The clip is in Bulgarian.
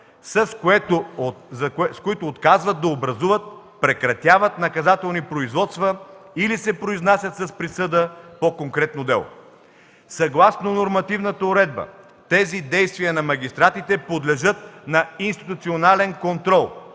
с които отказват да образуват или прекратяват наказателни производства, или се произнасят с присъда по конкретно дело. Съгласно нормативната уредба тези действия на магистратите подлежат на институционален контрол